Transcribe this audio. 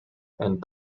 and